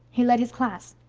he led his class.